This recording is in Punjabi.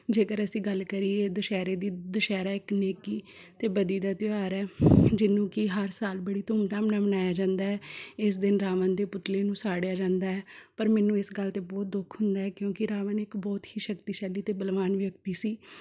ਜੇਕਰ ਅਸੀਂ ਗੱਲ ਕਰੀਏ ਦੁਸਹਿਰੇ ਦੀ ਦੁਸਹਿਰਾ ਇੱਕ ਨੇਕੀ ਅਤੇ ਬਦੀ ਦਾ ਤਿਉਹਾਰ ਹੈ ਜਿਹਨੂੰ ਕਿ ਹਰ ਸਾਲ ਬੜੀ ਧੂਮਧਾਮ ਨਾਲ਼ ਮਨਾਇਆ ਜਾਂਦਾ ਹੈ ਇਸ ਦਿਨ ਰਾਵਣ ਦੇ ਪੁਤਲੇ ਨੂੰ ਸਾੜਿਆ ਜਾਂਦਾ ਹੈ ਪਰ ਮੈਨੂੰ ਇਸ ਗੱਲ 'ਤੇ ਬਹੁਤ ਦੁੱਖ ਹੁੰਦਾ ਹੈ ਕਿਉਂਕਿ ਰਾਵਣ ਇੱਕ ਬਹੁਤ ਹੀ ਸ਼ਕਤੀਸ਼ਾਲੀ ਅਤੇ ਬਲਵਾਨ ਵਿਅਕਤੀ ਸੀ